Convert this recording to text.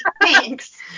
Thanks